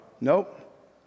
Nope